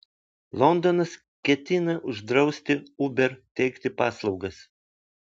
londonas ketina uždrausti uber teikti paslaugas